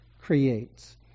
creates